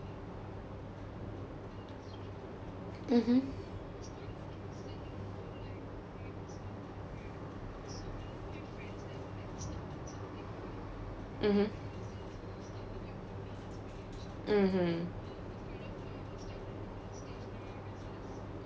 mmhmm mmhmm mmhmm